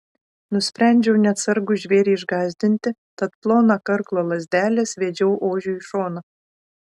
nusprendžiau neatsargų žvėrį išgąsdinti tad ploną karklo lazdelę sviedžiau ožiui į šoną